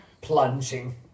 plunging